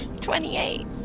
Twenty-eight